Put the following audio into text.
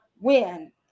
win